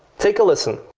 take a listen.